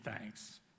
thanks